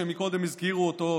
שקודם הזכירו אותו,